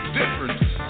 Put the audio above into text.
difference